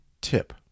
tip